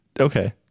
okay